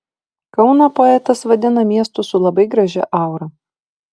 kauną poetas vadina miestu su labai gražia aura